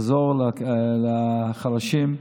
נעזור לחלשים,